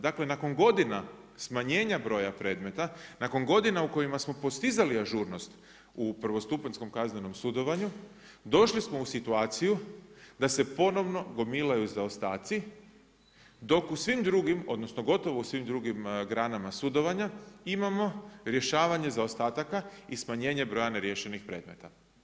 Dakle, nakon godina smanjenja broja predmeta, nakon godina u kojima smo postizali ažurnost u prvostupanjskom kaznenom sudovanju došli smo u situaciju da se ponovno gomilaju zaostaci, dok u svim drugim, odnosno gotovo u svim drugim granama sudovanja imamo rješavanje zaostataka i smanjenje broja neriješenih predmeta.